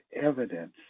evidence